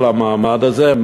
כל המעמד הזה,